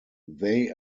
they